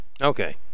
Okay